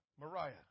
Mariah